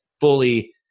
fully